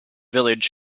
village